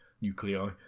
nuclei